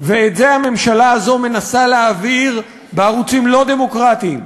ואת זה הממשלה הזאת מנסה להעביר בערוצים לא דמוקרטיים,